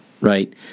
right